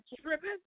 tripping